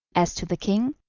as to the king,